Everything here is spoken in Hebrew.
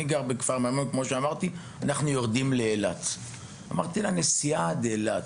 אנחנו נוסעים לאילת.״